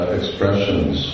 expressions